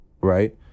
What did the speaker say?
right